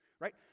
Right